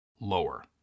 lower